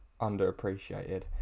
underappreciated